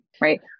Right